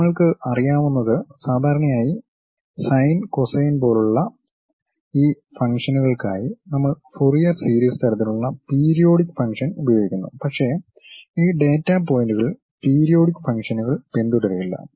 നമ്മൾക്ക് അറിയാവുന്നത് സാധാരണയായി സൈൻ കോസൈൻ പോലുള്ള ഈ ഫംഗ്ഷനുകൾക്കായി നമ്മൾ ഫൂറിയർ സീരീസ് തരത്തിലുള്ള പീരിയോടിക് ഫംഗ്ഷൻ ഉപയോഗിക്കുന്നു പക്ഷേ ഈ ഡാറ്റാ പോയിന്റുകൾ പീരിയോടിക് ഫംഗ്ഷനുകൾ പിന്തുടരില്ല